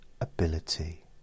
ability